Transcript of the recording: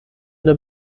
der